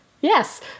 Yes